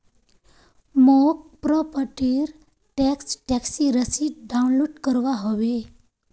मौक प्रॉपर्टी र टैक्स टैक्सी रसीद डाउनलोड करवा होवे